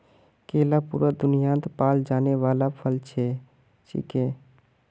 केला पूरा दुन्यात पाल जाने वाला फल छिके